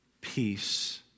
peace